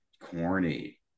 corny